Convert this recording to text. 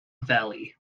valley